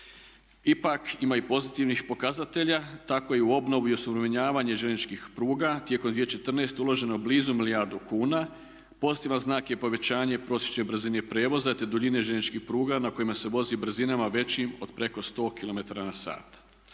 Ipak ima i pozitivnih pokazatelja, tako i u obnovi i osuvremenjavanje željezničkih pruga tijekom 2014. je uloženo blizu milijardu kuna. Pozitivan znak je povećanje prosječne brzine prijevoza, te duljine željezničkih pruga na kojima se vozi brzinama većim od preko 100 kilometara